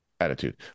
attitude